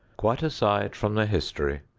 quite aside from the history,